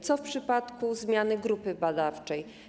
Co w przypadku zmiany grupy badawczej?